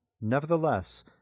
Nevertheless